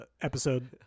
episode